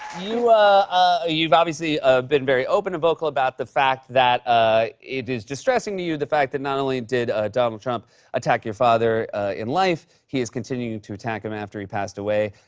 ah you've obviously ah been very open and vocal about the fact that ah it is distressing to you, the fact that not only did donald trump attack your father in life, he is continuing to attack him after he passed away.